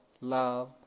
love